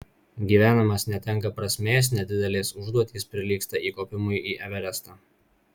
gyvenimas netenka prasmės nedidelės užduotys prilygsta įkopimui į everestą